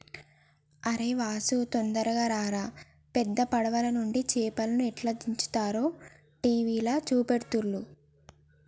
అరేయ్ వాసు తొందరగా రారా పెద్ద పడవలనుండి చేపల్ని ఎట్లా దించుతారో టీవీల చూపెడుతుల్ను